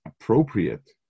appropriate